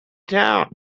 town